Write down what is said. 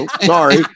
Sorry